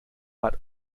but